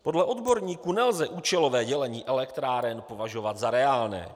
Podle odborníků nelze účelové dělení elektráren považovat za reálné.